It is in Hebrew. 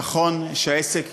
נכון שהעסק,